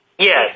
Yes